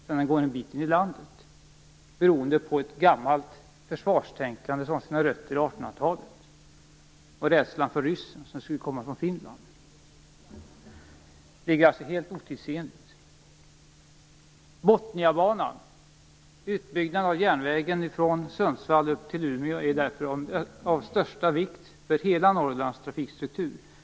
Den går en bit in i landet, beroende på ett gammalt försvarstänkande som har sina rötter i 1800-talet och rädslan för ryssen som skulle komma från Finland. Det är alltså helt otidsenligt. Sundsvall till Umeå, är därför av största vikt för hela Norrlands trafikstruktur.